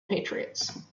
patriots